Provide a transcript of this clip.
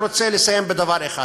אני רק רוצה לסיים בדבר אחד: